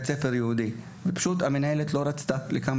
ספר יהודי והמנהלת לא רצתה לקבל אותי,